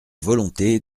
volonté